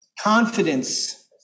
confidence